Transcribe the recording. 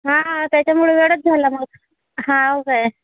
हा त्याच्यामुळे वेळच झाला मग हो काय